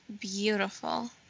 beautiful